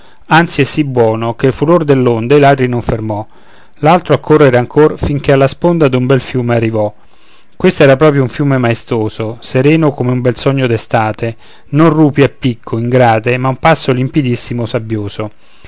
è sì buono che il furor dell'onda i ladri non fermò l'altro a correre ancor fin che alla sponda d'un bel fiume arrivò questo era proprio un fiume maestoso sereno come un bel sogno d'estate non rupi a picco ingrate ma un passo limpidissimo sabbioso